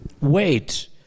wait